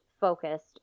focused